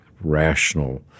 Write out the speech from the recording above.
rational